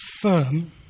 firm